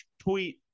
tweet